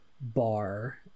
bar